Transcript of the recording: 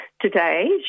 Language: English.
Today